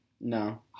No